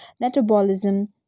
metabolism